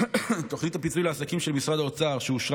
תוכנית הפיצוי לעסקים של משרד האוצר שאושרה